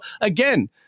again